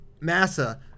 massa